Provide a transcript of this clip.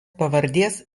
pavardės